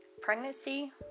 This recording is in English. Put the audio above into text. pregnancy